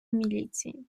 міліції